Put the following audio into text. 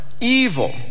evil